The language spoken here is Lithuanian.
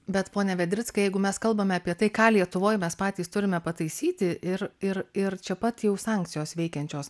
bet pone vedrickai jeigu mes kalbame apie tai ką lietuvoj mes patys turime pataisyti ir ir ir čia pat jau sankcijos veikiančios